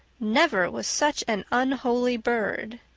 never was such an unholy bird.